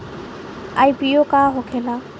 IPO का होखेला?